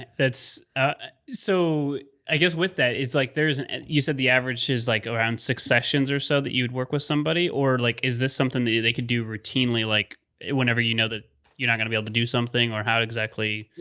that's so i guess with that, it's like and and you said, the average is like around six sessions or so that you would work with somebody or like, is this something that they could do routinely, like whenever, you know that you're not going to able to do something or how exactly,